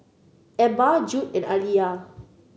Ebba Jude and Aliya